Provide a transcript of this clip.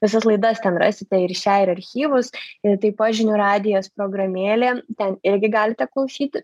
visas laidas ten rasite ir šią ir archyvus ir taip pat žinių radijos programėlė ten irgi galite klausyti